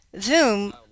Zoom